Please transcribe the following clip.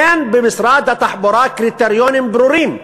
אין במשרד התחבורה קריטריונים ברורים.